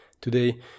Today